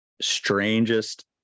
strangest